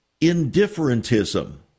indifferentism